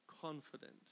confident